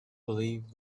believed